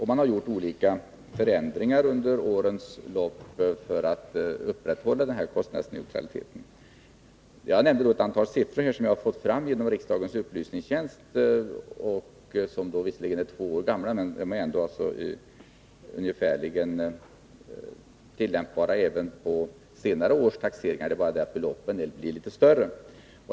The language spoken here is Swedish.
Man har gjort olika förändringar under årens lopp för att upprätthålla denna kostnadsneutralitet. Jag nämnde ett antal siffror som jag har fått fram genom riksdagens upplysningstjänst. De är visserligen två år gamla, men de är ändå ungefärligen tillämpbara även på senare års taxeringar, det är bara det att beloppen blir litet större.